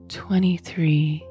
twenty-three